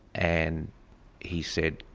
and he said,